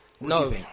No